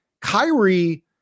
Kyrie